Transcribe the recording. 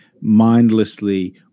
mindlessly